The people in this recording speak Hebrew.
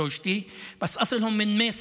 אולם במקור הם ממייסר,